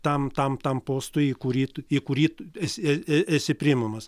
tam tam tam postui į kurį tu į kurį tu esi esi priimamas